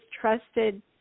trusted